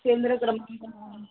केन्द्रग्रन्थः